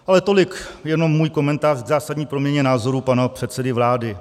Ale tolik jenom můj komentář k zásadní proměně názorů pana předsedy vlády.